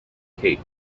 cape